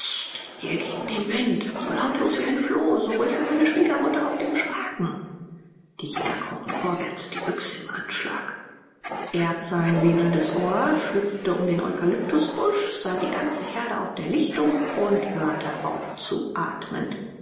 hier gegen den wind so lautlos wie ein floh so ruhig wie meine schwiegermutter auf dem schragen die jäger krochen vorwärts die büchse im anschlag erb sah ein wedelndes ohr schlüpfte um den eukalyptusbusch sah die ganze herde auf der lichtung und hörte auf zu atmen